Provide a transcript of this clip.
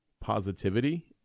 positivity